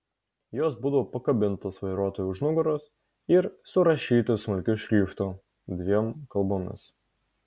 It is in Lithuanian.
jos būdavo pakabintos vairuotojui už nugaros ir surašytos smulkiu šriftu dviem kalbomis